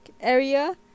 area